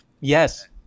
Yes